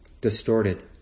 distorted